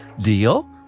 Deal